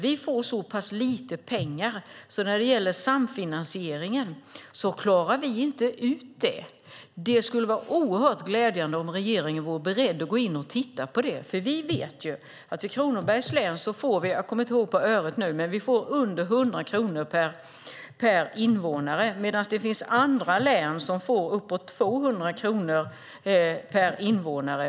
Vi får så pass lite pengar att vi inte klarar av samfinansieringen. Det skulle vara oerhört glädjande om regeringen skulle vara beredd att gå in och titta på det. Vi vet att vi i Kronobergs län får - jag kommer nu inte ihåg på öret - under 100 kronor per invånare medan det finns andra län som får uppåt 200 kronor per invånare.